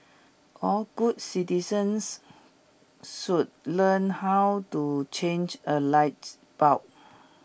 all good citizens should learn how to change A light bulb